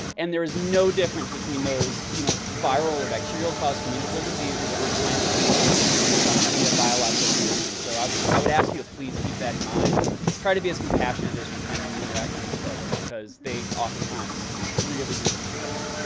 and there is no difference between those you know viral or bacterial-caused communicable diseases and the kinds of things that we're talking about. it's fundamentally a biological condition. so i would i would ask you to please keep that in mind, and try to be as compassionate as you can when you interact with these folks, because they oftentimes really, really need that.